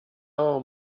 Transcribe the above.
our